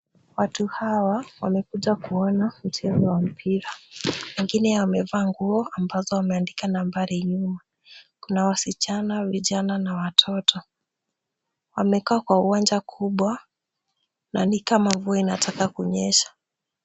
Watu hawa wamekuja kuona mchezo wa mpira. Wengine wamevaa nguo ambazo wameandika nambari nyuma. Kuna wasichana, vijana na watoto. Wamekaa kwa uwanja kubwa na ni kama mvua inataka kunyesha.